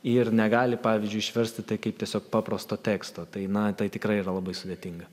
ir negali pavyzdžiui išversti tai kaip tiesiog paprasto teksto tai na tai tikrai yra labai sudėtinga